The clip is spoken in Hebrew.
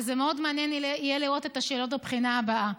ויהיה מאוד מעניין לראות את השאלות בבחינה הבאה.